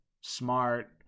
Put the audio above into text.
Smart